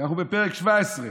אנחנו בפרק 17: